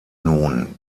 nun